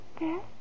Yes